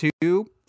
two